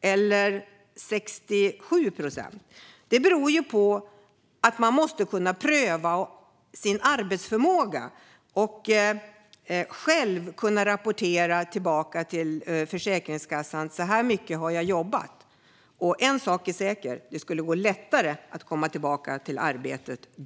eller 67 procent. Man måste kunna pröva sin arbetsförmåga och själv kunna rapportera tillbaka till Försäkringskassan: Så här mycket har jag jobbat. En sak är säker, och det är att det skulle vara lättare att komma tillbaka till arbetet då.